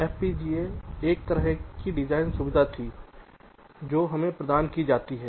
FPGA एक तरह की डिज़ाइन सुविधा थी जो हमें प्रदान की जाती है